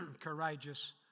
courageous